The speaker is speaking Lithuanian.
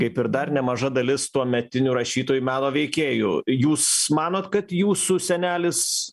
kaip ir dar nemaža dalis tuometinių rašytojų meno veikėjų jūs manot kad jūsų senelis